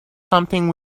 something